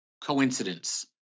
coincidence